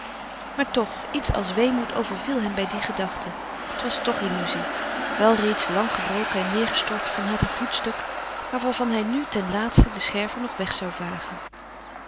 maar toch iets als weemoed overviel hem bij die gedachte het was toch illuzie wel reeds lang gebroken en neêrgestort van haar voetstuk maar waarvan hij nu ten laatste de scherven nog weg zou vagen